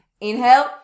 inhale